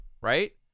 right